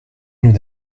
nous